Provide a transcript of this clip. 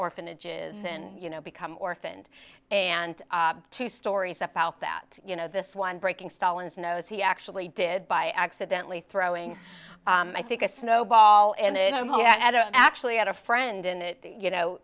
orphanages and you know become orphaned and two stories up out that you know this one breaking stalin's nose he actually did by accidentally throwing i think a snowball and it i hope i don't actually had a friend in it you know